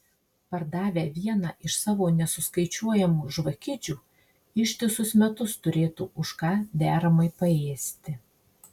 pardavę vieną iš savo nesuskaičiuojamų žvakidžių ištisus metus turėtų už ką deramai paėsti